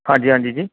ਹਾਂਜੀ ਹਾਂਜੀ ਜੀ